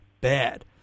bad